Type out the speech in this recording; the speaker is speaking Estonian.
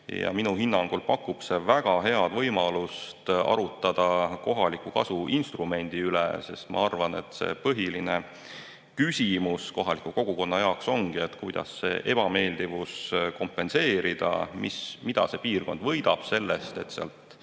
Minu hinnangul pakub see väga head võimalust arutada kohaliku kasu instrumendi üle, sest ma arvan, et põhiline küsimus kohaliku kogukonna jaoks ongi, kuidas kompenseerida see ebameeldivus ja mida see piirkond võidab sellest, et sealt